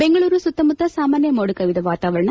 ಬೆಂಗಳೂರು ಸುತ್ತಮುತ್ತ ಸಾಮಾನ್ಯ ಮೋಡಕವಿದ ವಾತಾವರಣ